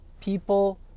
people